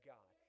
God